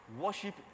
Worship